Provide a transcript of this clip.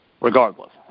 regardless